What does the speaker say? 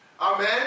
amen